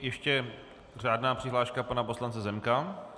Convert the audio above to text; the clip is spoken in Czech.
Ještě řádná přihláška pana poslance Zemka.